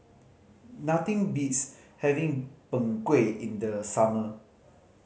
nothing beats having Png Kueh in the summer